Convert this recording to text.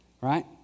Right